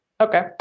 Okay